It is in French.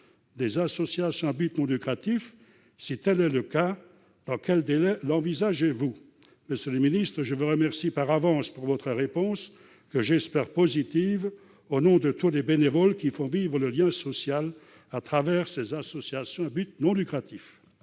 des associations à but non lucratif. Si tel est le cas, quel est le délai envisagé ? Monsieur le secrétaire d'État, je vous remercie par avance de votre réponse, que j'espère positive, au nom de tous les bénévoles qui font vivre le lien social à travers ces associations à but non lucratif.